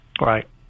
Right